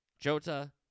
Jota